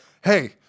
hey